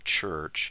church